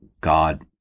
God